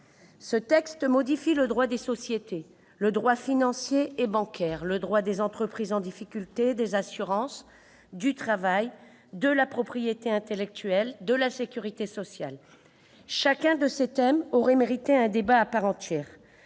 Ce texte modifie le droit des sociétés, le droit financier et bancaire, le droit des entreprises en difficulté, des assurances, du travail, de la propriété intellectuelle et de la sécurité sociale. Chacun de ces thèmes aurait mérité un débat à part entière,